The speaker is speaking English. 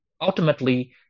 ultimately